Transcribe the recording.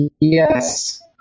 Yes